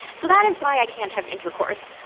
so that is why i can't have intercourse.